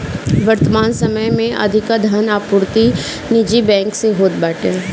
वर्तमान समय में अधिका धन आपूर्ति निजी बैंक से होत बाटे